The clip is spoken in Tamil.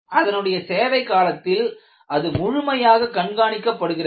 அதனுடைய சேவை காலத்தில் அது முழுமையாக கண்காணிக்கப்படுகிறது